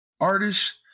artist